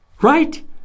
Right